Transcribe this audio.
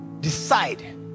decide